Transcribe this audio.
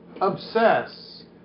obsess